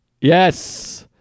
Yes